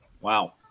Wow